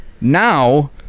Now